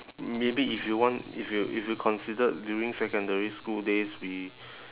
maybe if you want if you if you considered during secondary school days we